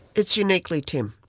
it's uniquely tim,